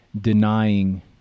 denying